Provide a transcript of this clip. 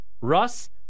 Russ